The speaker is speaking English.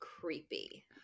creepy